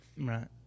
Right